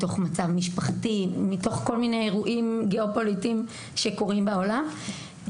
מצב משפחתי או כל מיני אירועים גאו-פוליטיים שקורים בעולם,